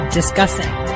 discussing